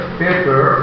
paper